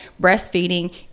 breastfeeding